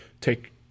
Take